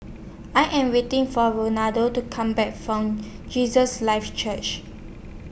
I Am waiting For to Come Back from Jesus Lives Church